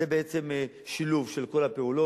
זה שילוב של כל הפעולות.